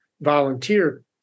volunteer